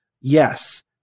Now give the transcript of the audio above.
Yes